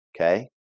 okay